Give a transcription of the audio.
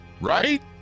right